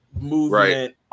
movement